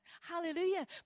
Hallelujah